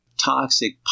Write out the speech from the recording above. Toxic